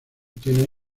tiene